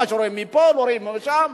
מה שרואים מפה לא רואים משם.